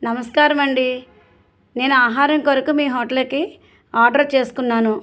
నమస్కారము అండి నేను ఆహారం కొరకు మీ హోటల్కి ఆర్డర్ చేసుకున్నాను